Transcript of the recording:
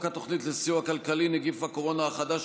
התוכנית לסיוע כלכלי (נגיף הקורונה החדש,